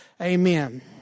amen